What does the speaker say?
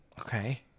Okay